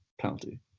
penalty